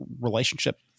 relationship